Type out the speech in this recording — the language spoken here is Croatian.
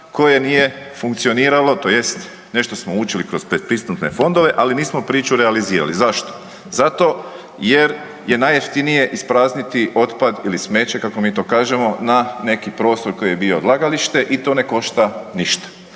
koje nije funkcioniralo tj. nešto smo učili kroz te pristupne fondove ali nismo priču realizirali. Zašto? Zato jer je najjeftinije isprazniti otpad ili smeće kako mi to kažemo na neki prostor koji je bio odlagalište i to ne košta ništa.